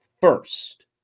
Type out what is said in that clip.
first